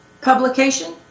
publication